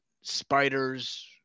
spiders